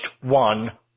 one